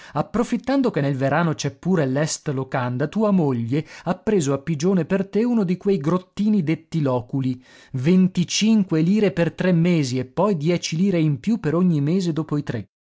approfittando che nel verano c'è pure l'est locanda tua moglie ha preso a pigione per te uno di quei grottini detti loculi venticinque lire per tre mesi e poi dieci lire in più per ogni mese dopo i tre